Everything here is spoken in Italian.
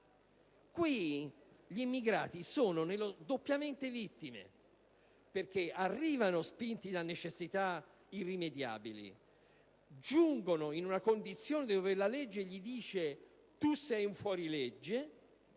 gli immigrati sono doppiamente vittime, perché arrivano spinti da necessità irrimediabili, giungono in una condizione dove la legge dice loro che sono fuori legge,